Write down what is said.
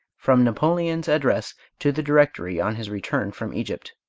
from napoleon's address to the directory on his return from egypt